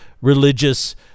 religious